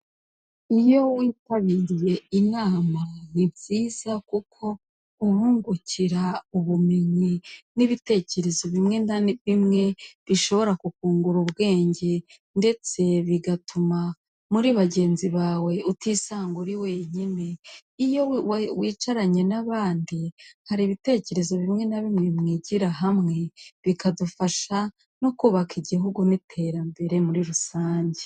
Ni imitako ikorwa n'abanyabugeni, imanitse ku rukuta rw'umukara ubusanzwe ibi byifashishwa mu kubitaka mu mazu, yaba ayo mu ngo ndetse n'ahatangirwamo serivisi.